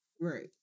right